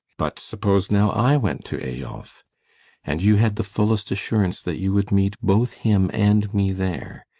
but suppose now i went to eyolf? and you had the fullest assurance that you would meet both him and me there.